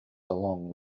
along